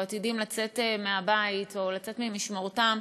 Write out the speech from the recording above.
או עתידים לצאת מהבית או לצאת ממשמורתם,